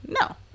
no